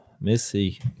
Missy